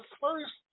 first